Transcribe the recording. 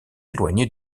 éloignés